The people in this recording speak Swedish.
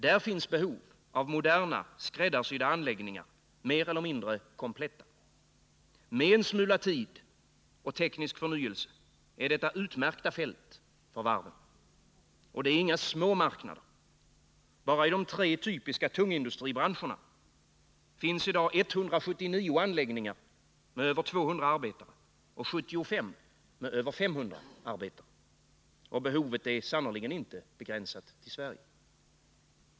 Där finns behov av moderna skräddarsydda anläggningar, mer eller mindre kompletta. Med en smula tid och teknisk förnyelse är detta utmärkta fält för varven. Och det är inga små marknader. Bara i de tre typiska tungindustribranscherna finns i dag 179 anläggningar med över 200 arbetare och 75 med över 500 arbetare. Och behovet är sannerligen inte begränsat till Sverige.